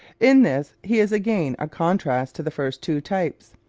in this he is again a contrast to the first two types.